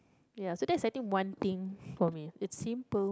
ya so that's I think one thing for me it's simple